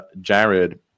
Jared